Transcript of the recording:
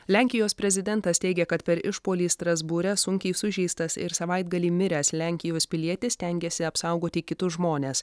lenkijos prezidentas teigia kad per išpuolį strasbūre sunkiai sužeistas ir savaitgalį miręs lenkijos pilietis stengėsi apsaugoti kitus žmones